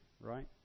right